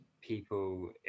people